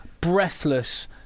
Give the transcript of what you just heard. breathless